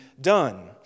done